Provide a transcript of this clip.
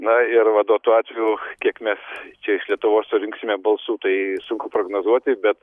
na ir va duotu atveju kiek mes čia iš lietuvos surinksime balsų tai sunku prognozuoti bet